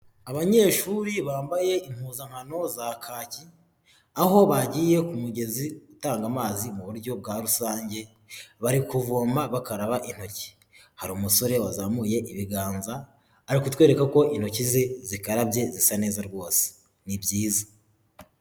Abanyeshuri bambaye impuzankano za kaki aho bagiye ku mugezi utanga amazi mu buryo bwa rusange, bari kuvoma bakaraba intoki. Hari umusore wazamuye ibiganza, ari kutwereka ko intoki ze zikarabye zisa neza rwose, ni byiza.